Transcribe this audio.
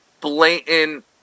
blatant